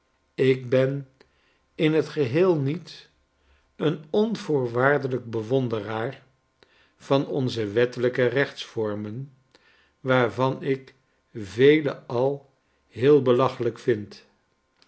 ik ben in t geheel niet een onvoorwaardelijk bewonderaar van onze wettelijkerechtsvormen f waarvan ik vele al heel belachelijk vind